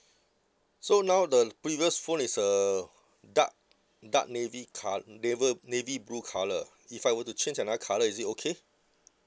so now the previous phone is a dark dark navy co~ naval navy blue colour if I were to change another colour is it okay